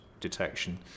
detection